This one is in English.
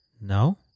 No